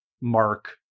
mark